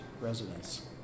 residents